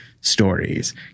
stories